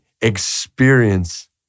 experience